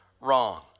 wrong